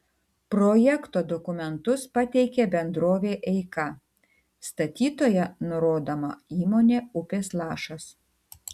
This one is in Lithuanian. projekto dokumentus pateikė bendrovė eika statytoja nurodoma įmonė upės lašas